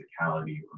physicality